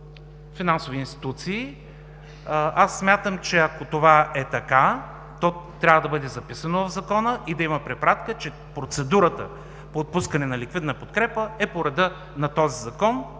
Смятам, че ако това е така, то трябва да бъде записано в Закона и да има препратка, че процедурата по отпускане на ликвидна подкрепа е по реда на този закон.